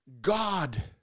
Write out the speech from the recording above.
God